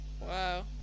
Wow